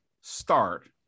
start